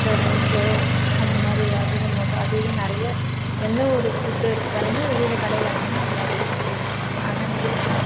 soda உப்பு அந்த மாதிரி அஜினோமோட்டோ அது இதுனு நிறைய எந்த ஒரு ஃபுட் எடுத்துக்கிட்டாலுமே வெளியில் கடையில் வாங்கினா அதில் இதுனு கலந்திருப்பாங்க ஆனால் இதில் என்ன